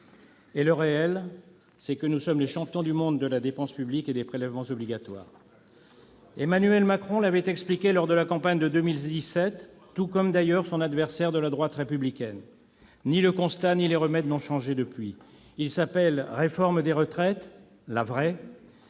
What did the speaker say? Et le réel, c'est que nous sommes les champions du monde de la dépense publique et des prélèvements obligatoires. Emmanuel Macron l'avait expliqué lors de la campagne de 2017, tout comme d'ailleurs son adversaire de la droite républicaine. Ni le constat ni les remèdes n'ont changé depuis. Ils s'appellentréforme des retraites- la vraie